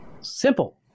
Simple